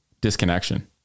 disconnection